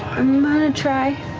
i'm going to try.